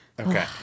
Okay